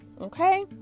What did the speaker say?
Okay